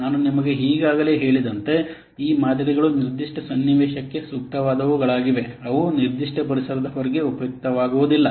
ನಾನು ಈಗಾಗಲೇ ನಿಮಗೆ ಹೇಳಿದಂತೆ ಈ ಮಾದರಿಗಳು ನಿರ್ದಿಷ್ಟ ಸನ್ನಿವೇಶಕ್ಕೆ ಸೂಕ್ತವಾದವುಗಳಾಗಿವೆ ಅವು ನಿರ್ದಿಷ್ಟ ಪರಿಸರದ ಹೊರಗೆ ಉಪಯುಕ್ತವಾಗುವುದಿಲ್ಲ